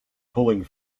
pulling